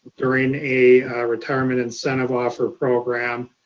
during a retirement incentive offer program,